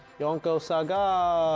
yonko sagaaaaa